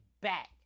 back